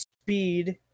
speed